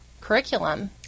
curriculum